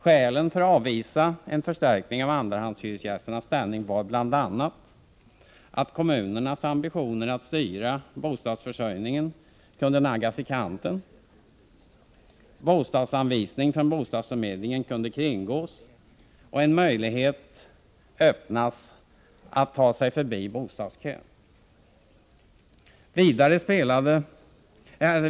Skälen för att avvisa en förstärkning av andrahandshyresgästernas ställning var bl.a. att kommunernas ambitioner att styra bostadsförsörjningen kunde naggas i kanten, bostadsanvisning från bostadsförmedlingen kringgås och en möjlighet öppnas att ta sig förbi bostadskön.